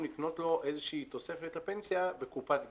לקנות לו איזושהי תוספת לפנסיה בקופת גמל.